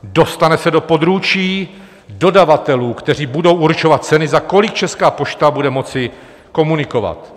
Dostane se do područí dodavatelů, kteří budou určovat ceny, za kolik Česká pošta bude moci komunikovat.